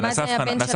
רגע נעשה אבחנה,